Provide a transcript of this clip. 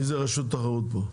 מי זה רשות התחרות פה?